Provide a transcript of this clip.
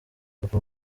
papa